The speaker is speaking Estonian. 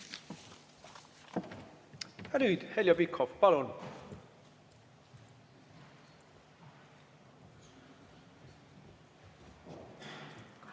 Heljo Pikhof, palun!